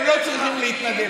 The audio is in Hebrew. הם לא צריכים להתנדב.